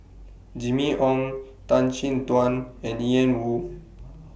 Jimmy Ong Tan Chin Tuan and Ian Woo